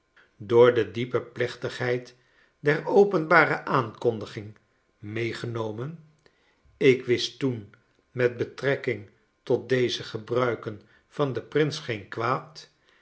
door de diepe plechtigheid der openbare aankondiging meegenomen ik wist toen met betrekking tot deze gebruiken van den prins geen kwaad